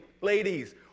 ladies